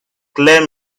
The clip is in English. claire